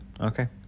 Okay